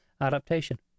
adaptation